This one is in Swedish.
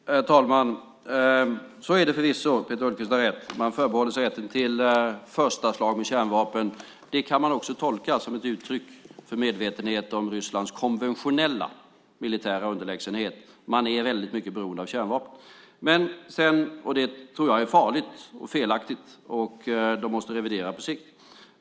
Herr talman! Så är det förvisso; Peter Hultqvist har rätt. Man förbehåller sig rätten till första slaget med kärnvapen. Det kan man också tolka som ett uttryck för medvetenhet om Rysslands konventionella militära underlägsenhet. Man är väldigt mycket beroende av kärnvapen. Det tror jag är farligt och felaktigt. Det måste revideras på sikt.